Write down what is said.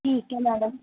ਠੀਕ ਹੈ ਮੈਡਮ